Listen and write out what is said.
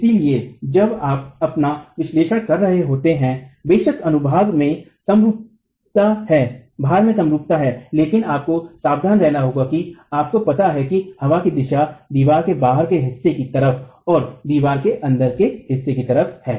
इसलिए जब आप अपना विश्लेषण कर रहे होते हैं बेशक अनुभाग में समरूपता है भार में समरूपता है लेकिन आपको सावधान रहना होगा कि आपको पता है कि हवा की दिशा दीवार के बाहर के हिस्से की तरफ और दीवार के अंदर के हिस्से की तरफ है